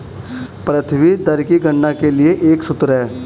प्रभावी दर की गणना के लिए एक सूत्र है